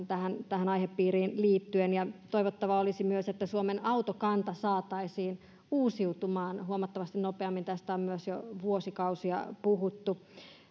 tähän tähän aihepiiriin liittyen toivottavaa olisi myös että suomen autokanta saataisiin uusiutumaan huomattavasti nopeammin tästä on myös jo vuosikausia puhuttu